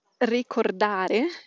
ricordare